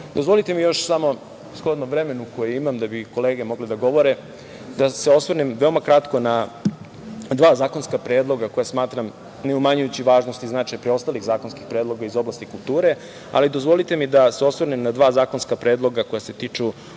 uslovima. Dozvolite mi još samo shodno vremenu koje imam da bi kolege mogle da govore, da se osvrnem veoma kratko na dva zakonska predloga koja smatram neumanjujući važnost i značaj preostalih zakonskih predloga iz oblasti kulture. Ali, dozvolite mi da se osvrnem na dva zakonska predloga koja se tiču